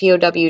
POW